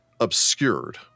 obscured